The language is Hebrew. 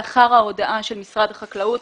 לאחר ההודעה של משרד החקלאות,